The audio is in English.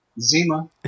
Zima